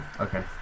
Okay